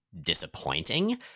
disappointing